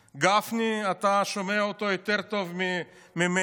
גפני, אתה שומע אותו יותר טוב ממני.